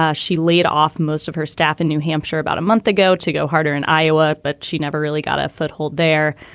ah she laid off most of her staff in new hampshire about a month ago to go harder in iowa, but she never really got a foothold there.